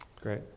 Great